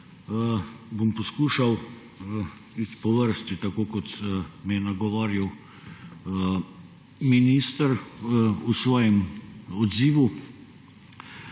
Bom poskušal iti po vrsti, tako kot me je nagovoril minister v svojem odzivu.